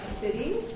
Cities